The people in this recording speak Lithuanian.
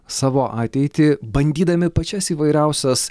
savo ateitį bandydami pačias įvairiausias